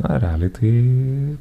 na realiai tai